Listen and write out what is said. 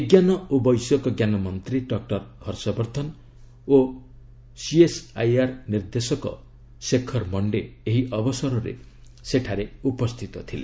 ବିଜ୍ଞାନ ଓ ବୈଷୟିକ ଜ୍ଞାନ ମନ୍ତ୍ରୀ ଡକ୍କର ହର୍ଷବର୍ଦ୍ଧନ ଓ ସିଏସ୍ଆଇଆର୍ ମହାନିର୍ଦ୍ଦେଶକ ଶେଖର ମଣ୍ଡେ ଏହି ଅବସରରେ ସେଠାରେ ଉପସ୍ଥିତ ଥିଲେ